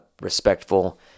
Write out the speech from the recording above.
respectful